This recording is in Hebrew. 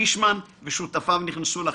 פישמן ושותפיו נכנסו לחדר?